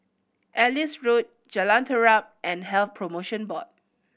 Ellis Road Jalan Terap and Health Promotion Board